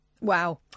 Wow